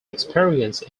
experience